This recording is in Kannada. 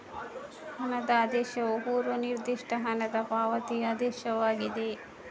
ಹಣದ ಆದೇಶವು ಪೂರ್ವ ನಿರ್ದಿಷ್ಟ ಹಣದ ಪಾವತಿ ಆದೇಶವಾಗಿದೆ